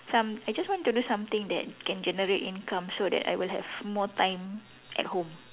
some I just want to do something that can generate income so that I will have more time at home